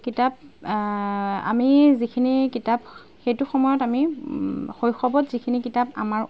কিতাপ আমি যিখিনি কিতাপ সেইটো সময়ত আমি শৈশৱত যিখিনি কিতাপ আমাৰ